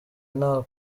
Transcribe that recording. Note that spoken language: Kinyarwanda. nta